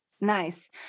Nice